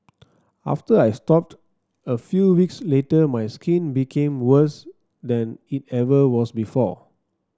after I stopped a few weeks later my skin became worse than it ever was before